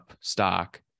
stock